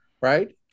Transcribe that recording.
right